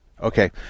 Okay